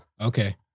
Okay